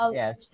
yes